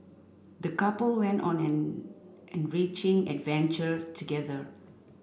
the couple went on an enriching adventure together